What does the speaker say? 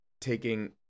taking